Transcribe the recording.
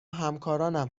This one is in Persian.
همکارانم